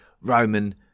Roman